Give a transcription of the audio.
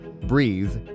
breathe